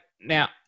now